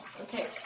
Okay